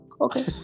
Okay